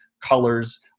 colors